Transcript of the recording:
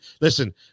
Listen